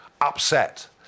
upset